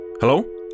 Hello